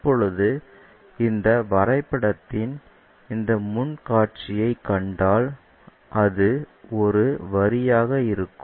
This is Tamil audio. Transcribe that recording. இப்போது இந்த வரைபடத்தின் இந்த முன் காட்சியைக் கண்டால் அது ஒரு வரியாக இருக்கும்